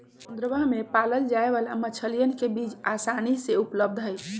समुद्रवा में पाल्ल जाये वाला मछलीयन के बीज आसानी से उपलब्ध हई